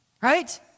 Right